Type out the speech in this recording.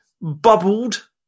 bubbled